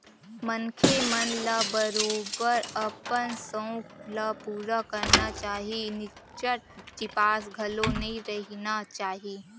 मनखे मन ल बरोबर अपन सउख ल पुरा करना चाही निच्चट चिपास घलो नइ रहिना चाही